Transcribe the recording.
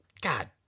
God